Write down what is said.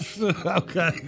Okay